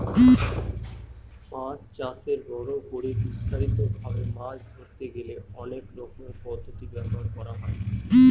মাছ চাষে বড় করে বিস্তারিত ভাবে মাছ ধরতে গেলে অনেক রকমের পদ্ধতি ব্যবহার করা হয়